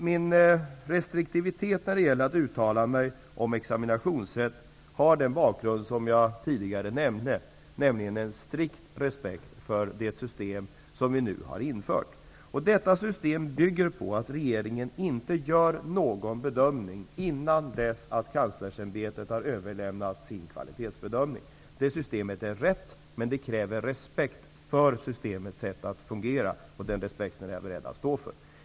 Min restriktivitet när det gäller att uttala mig om examinationsrätten har den bakgrund som jag nämnde tidigare, nämligen en strikt respekt för det system som nu har införts. Detta system bygger på att regeringen inte gör någon bedömning innan dess att Kanslersämbetet har överlämnat sin kvalitetsbedömning. Det systemet är rätt, men det kräver respekt för systemets sätt att fungera. Den respekten är jag beredd att stå för.